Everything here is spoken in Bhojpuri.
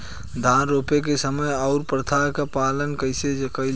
धान रोपे के समय कउन प्रथा की पालन कइल जाला?